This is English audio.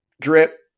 drip